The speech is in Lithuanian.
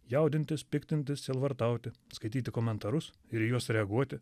jaudintis piktintis sielvartauti skaityti komentarus ir į juos reaguoti